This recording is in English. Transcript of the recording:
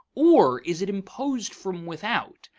or is it imposed from without,